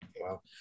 Wow